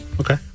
Okay